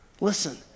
listen